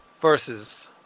versus